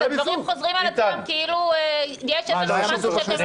אבל הדברים חוזרים על עצמם כאילו יש איזשהו משהו שאתם לא יודעים.